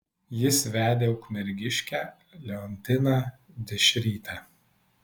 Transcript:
jis vedė ukmergiškę leontiną dešrytę